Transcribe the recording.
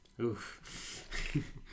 Oof